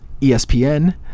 ESPN